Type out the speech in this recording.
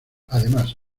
además